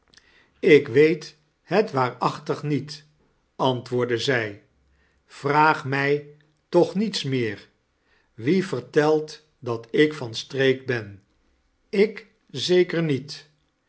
ik weet het waarachtig niet antwoordde zij vraag mij toch niets meer wde vertelt dat ik van streek ben ik zeker niet